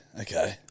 okay